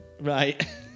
Right